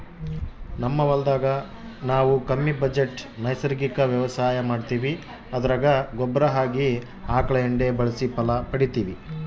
ನಮ್ ಹೊಲದಾಗ ನಾವು ಕಮ್ಮಿ ಬಜೆಟ್ ನೈಸರ್ಗಿಕ ವ್ಯವಸಾಯ ಮಾಡ್ತೀವಿ ಅದರಾಗ ಗೊಬ್ಬರ ಆಗಿ ಆಕಳ ಎಂಡೆ ಬಳಸಿ ಫಲ ಪಡಿತಿವಿ